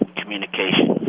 communication